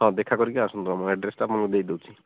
ହଁ ଦେଖାକରି ଆସନ୍ତୁ ଆମ ଆଡ଼୍ରେସଟା ମୁଁ ଦେଇ ଦେଉଛି